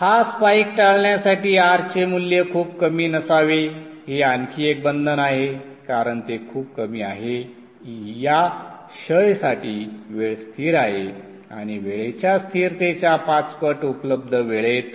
हा स्पाइक टाळण्यासाठी R चे मूल्य खूप कमी नसावे हे आणखी एक बंधन आहे कारण ते खूप कमी आहे या क्षयसाठी वेळ स्थिर आहे आणि वेळेच्या स्थिरतेच्या पाच पट उपलब्ध वेळेत